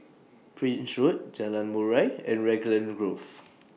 Prince Road Jalan Murai and Raglan Grove